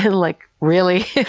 like, really?